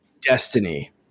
Destiny